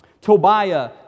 Tobiah